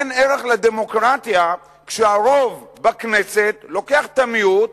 אין ערך לדמוקרטיה כשהרוב בכנסת לוקח את המיעוט,